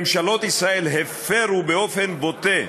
ממשלות ישראל הפרו באופן בוטה,